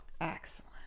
Excellent